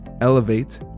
Elevate